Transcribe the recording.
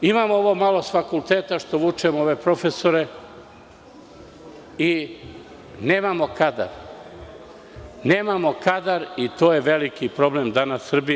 Imamo ovo malo s fakulteta što vučemo, ove profesore i nemamo kadar i to je veliki problem Srbije.